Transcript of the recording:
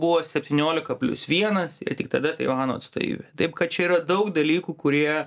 buvo septyniolika plius vienas ir tik tada taivano atstovybė taip kad čia yra daug dalykų kurie